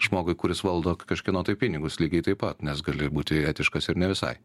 žmogui kuris valdo kažkieno tai pinigus lygiai taip pat nes gali būti etiškas ir ne visai